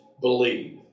believe